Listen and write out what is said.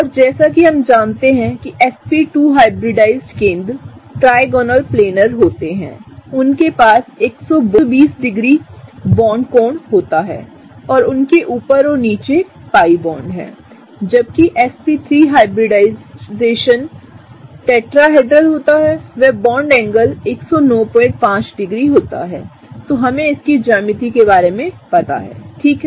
औरजैसा कि हम जानते हैं कि sp2हाइब्रिडाइज्ड केंद्र ट्राइगोनल प्लेनर होते हैंउनके पास120डिग्री बॉन्ड कोण है और उनके ऊपर और नीचे पाई बॉन्ड हैंजबकिsp3 हाइब्रिडाइजेशनटेट्राहेड्रल होता है व बॉन्ड एंगल 1095 डिग्री तो हमें इसकी ज्यामिति के बारे में पता है ठीक है